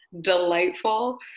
delightful